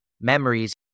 memories